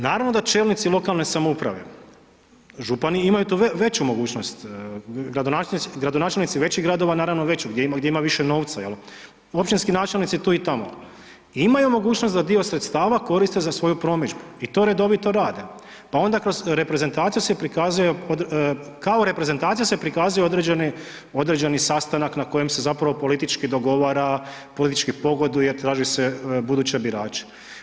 Naravno da čelnici lokalne samouprave, župani imaju tu veću mogućnost, gradonačelnici većih gradova naravno veću, gdje ima više novca, jel, općinski načelnici tu i tamo, imaju mogućnost da dio sredstava koriste za svoju promidžbu i to redovito rade pa onda kroz reprezentaciju se prikazuje kao reprezentacija se prikazuje određeni sastanak na kojem se zapravo politički dogovara, politički pogoduje, traži se buduće birače.